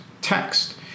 text